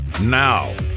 Now